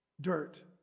dirt